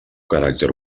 caràcter